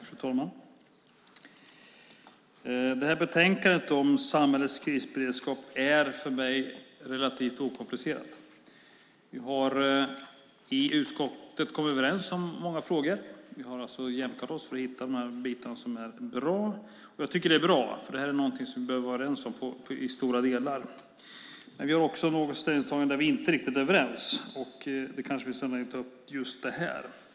Fru talman! Det här betänkandet om samhällets krisberedskap är för mig relativt okomplicerat. Vi har i utskottet kommit överens om många frågor. Vi har alltså jämkat oss för att hitta de bitar som är bra. Jag tycker att det är bra, för det här är någonting som vi behöver vara överens om i stora delar. Men vi har också något ställningstagande där vi inte är riktigt överens, och det kanske finns anledning att ta upp just det här.